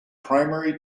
primary